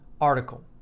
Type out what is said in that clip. article